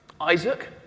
Isaac